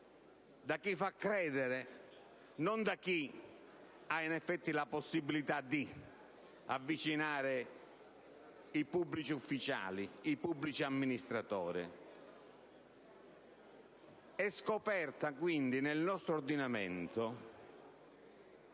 da chi fa credere, non da chi ha in effetti la possibilità di avvicinare i pubblici ufficiali ed i pubblici amministratori. Si intende pertanto introdurre nel nostro ordinamento